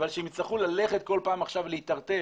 אבל שהם יצטרכו ללכת כל פעם עכשיו להיטרטר